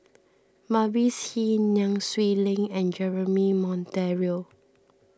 Mavis Hee Nai Swee Leng and Jeremy Monteiro